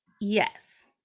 Yes